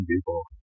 people